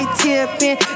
tipping